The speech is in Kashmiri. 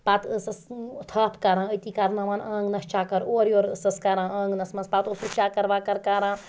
پتہٕ ٲسس تھَپھ کَران أتی کرناوان آنٛگنَس چَکر اورٕ یورٕ ٲسس کَران آنٛگنَس منٛز پَتہٕ اوس سُہ چَکر وَکَر کَران